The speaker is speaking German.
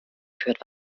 geführt